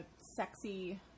sexy